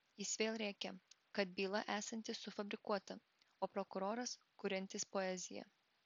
jis vėl rėkė kad byla esanti sufabrikuota o prokuroras kuriantis poeziją